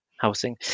housing